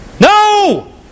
No